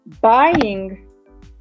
buying